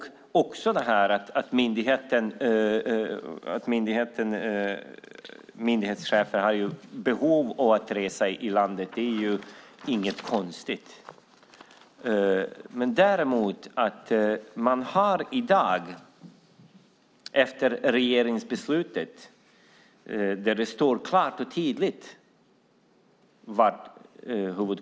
Att myndighetschefen har behov av att resa i landet är inget konstigt. Men i dag finns bara 4 av de 13 nyckelpersonerna placerade i Härnösand.